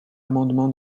amendement